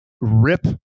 rip